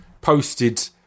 posted